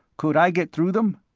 could i get through them?